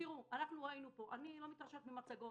אנחנו ראינו פה, אני לא מתרשמת ממצגות.